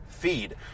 Feed